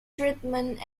treatment